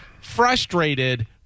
frustrated